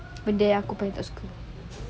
benda yang aku paling tak suka